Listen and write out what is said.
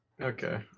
Okay